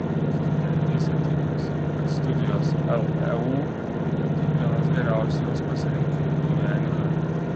studentė įsitikinusi kad studijos leu tai vienas geriausių jos pasirinkimų gyvenime